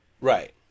Right